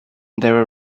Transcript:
there